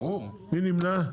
מי נמנע?